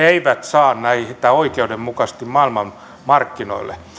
eivät saa näitä oikeudenmukaisesti maailmanmarkkinoille